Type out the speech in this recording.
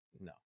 No